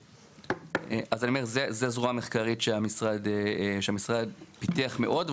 זו הזרוע המחקרית שהמשרד פיתח מאוד.